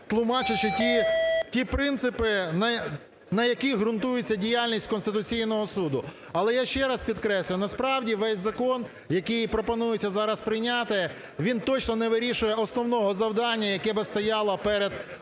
тлумачачи ті принципи, на яких ґрунтується діяльність Конституційного Суду. Але я ще раз підкреслюю. Насправді весь закон, який пропонується зараз прийняти, він точно не вирішує основного завдання, яке би стояло перед цим